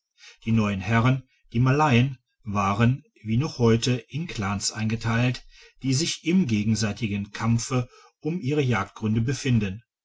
die neuen herren die malayen waren wie noch heute in clans eingeteilt die sich im gegenseitigen kampfe um ihre jagdgründe befinden